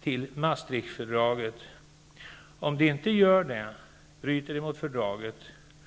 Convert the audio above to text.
till Maastrichtfördraget. Om de inte gör det, bryter de mot fördraget.